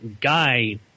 Guy